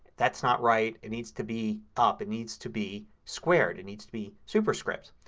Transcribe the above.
that's not right. it needs to be up. it needs to be squared. it needs to be superscript.